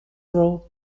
rule